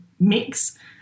mix